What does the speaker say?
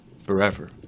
forever